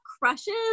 crushes